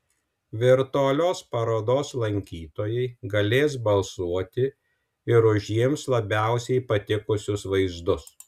virtualios parodos lankytojai galės balsuoti ir už jiems labiausiai patikusius vaizdus